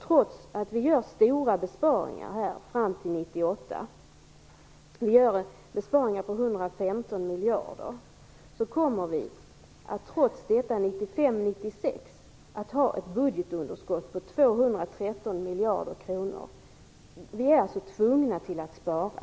Trots att vi gör stora besparingar på 115 miljarder fram till 1998 kommer vi att 1995/96 att ha ett budgetunderskott på 213 miljarder kronor. Vi är alltså tvungna att spara.